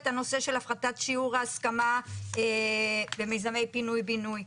את נושא הפחתת שיעור ההסכמה במיזמי פינוי בינוי.